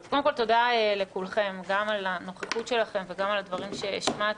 אז קודם כול תודה לכולכם גם על הנוכחות שלכם וגם על הדברים שהשמעתם,